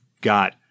got